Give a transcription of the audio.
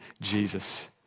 Jesus